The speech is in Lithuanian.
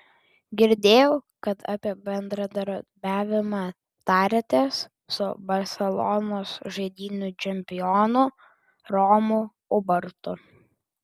girdėjau kad apie bendradarbiavimą tarėtės su barselonos žaidynių čempionu romu ubartu